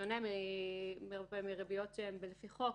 בשונה מריביות לפי חוק,